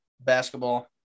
basketball